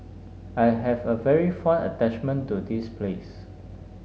I have a very fond attachment to this place